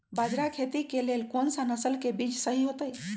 बाजरा खेती के लेल कोन सा नसल के बीज सही होतइ?